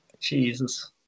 Jesus